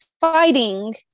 fighting